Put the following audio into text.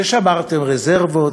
ששמרתם רזרבות,